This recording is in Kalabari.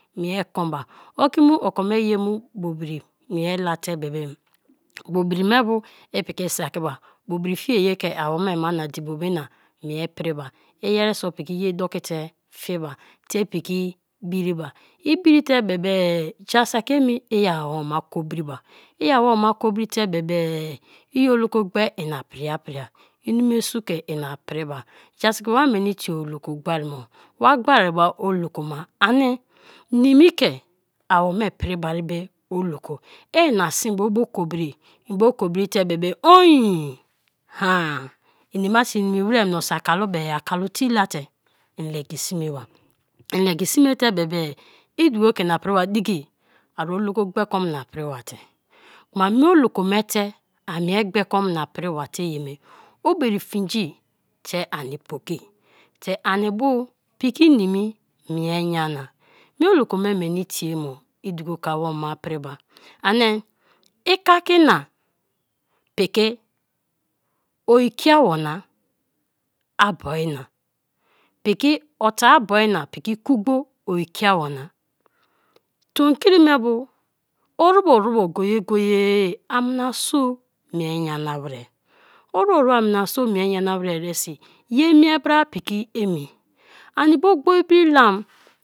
Mie ekwen ba, okimu okome yrim bobiri mie late be be bo bri me bu ipiki sakiba, bobri fie ye ke awome mana dibo bena mie pri ba; iyreriso piki yei doki te fieba te ipiki biriba, i biri te bebe ja saki emi i awo ma kobri ba, i awoma kobri te be be, i oloko gbee ina prie prie i nume su ke ina pri bai ja saki wa mani tieoloko gbee mo? Wa gba be oloko má ani nimi ke awome pri maribe aloko ina sin ba o bo kobri, enbo kobri te bebe on ha-aa inima so i nimi wer mioso akalu be akalu tei la te, ilegi sme ba i legi sme te bebe i duko ke ina priba diki ari oloko gbee ke omni priba te kuma mie oloko me te a mie gbee te ke omna prima te ye me o bere fingi te ani poki te ani bu piki nimi mie nyana, mie olokome meni tie mo, iduko te ke awoma priba ani, ikaki na piki o kiabi na, a boina piki ota a boina, piki kugbo o kiao na. Tonkri me bu orubo orubo go-go-ye amna so mie nyana wer, orubo rubo amna so mie nyana wer eresi, ye mie bra piki emi, ani bo gbor bri lam.